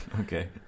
okay